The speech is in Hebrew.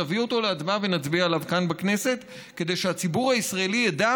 נביא אותו להצבעה ונצביע עליו כאן בכנסת כדי שהציבור הישראלי ידע